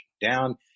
down